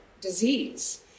disease